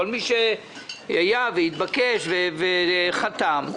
כל מי שהיה והתבקש וחתם,